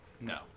No